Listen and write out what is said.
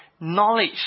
knowledge